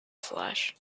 flash